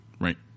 Right